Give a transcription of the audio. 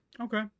Okay